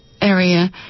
area